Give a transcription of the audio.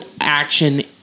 action